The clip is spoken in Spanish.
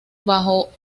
bajo